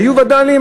היו וד"לים,